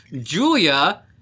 Julia